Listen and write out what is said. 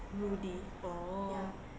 rudy oh